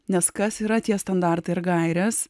nes kas yra tie standartai ir gairės